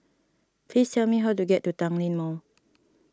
please tell me how to get to Tanglin Mall